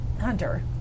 hunter